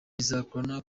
bizagorana